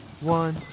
one